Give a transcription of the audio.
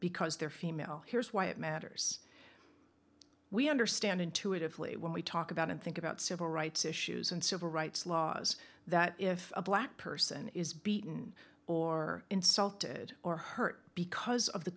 because they're female here's why it matters we understand intuitively when we talk about and think about civil rights issues and civil rights laws that if a black person is beaten or insulted or hurt because of the